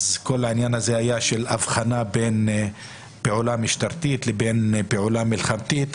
כל העניין הזה היה של הבחנה בין פעולה משטרתית לבין פעולה מלחמתית.